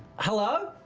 hello?